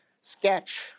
sketch